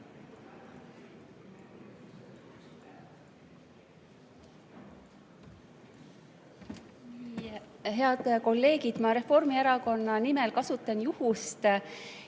Head kolleegid! Ma Reformierakonna nimel kasutan juhust